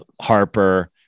harper